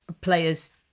players